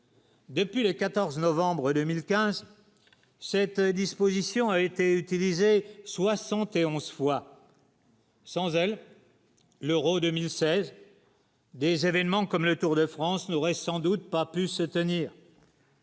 Depuis le 14 novembre 2015, cette disposition a été utilisé 71 fois. Sans elle, l'Euro 2016. Des événements comme le Tour de France n'aurait sans doute pas pu se tenir.